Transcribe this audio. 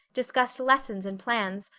discussed lessons and plans,